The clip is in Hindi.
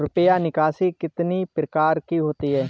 रुपया निकासी कितनी प्रकार की होती है?